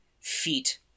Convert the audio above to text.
feet